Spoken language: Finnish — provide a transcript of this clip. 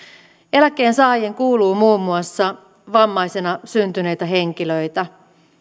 eläkkeensaajiin kuuluu muun muassa vammaisena syntyneitä henkilöitä